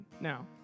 Now